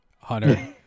Hunter